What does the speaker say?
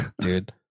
dude